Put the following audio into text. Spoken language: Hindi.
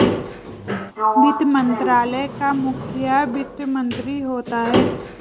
वित्त मंत्रालय का मुखिया वित्त मंत्री होता है